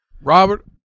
Robert